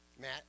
Matt